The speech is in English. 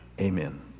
Amen